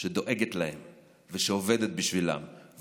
שדואגת להם ושעובדת בשבילם,